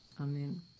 Amen